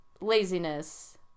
laziness